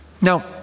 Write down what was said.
Now